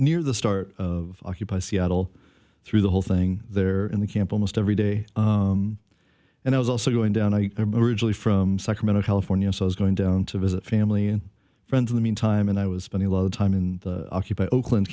near the start of occupy seattle through the whole thing there in the camp almost every day and i was also going down i originally from sacramento california so i was going down to visit family and friends in the meantime and i was spent a lot of time in the occupy oakland